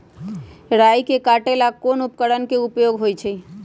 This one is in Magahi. राई के काटे ला कोंन उपकरण के उपयोग होइ छई?